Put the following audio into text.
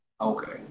okay